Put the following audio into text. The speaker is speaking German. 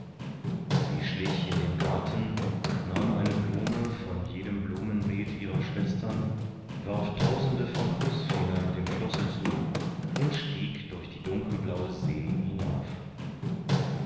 sie schlich in den garten nahm eine blume von jedem blumenbeet ihrer schwestern warf tausende von kußfingern dem schlosse zu und stieg durch die dunkelblaue see hinauf